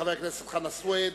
חבר הכנסת חנא סוייד,